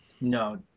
No